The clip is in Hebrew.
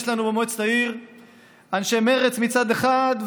יש לנו במועצת העיר אנשי מרצ מצד אחד,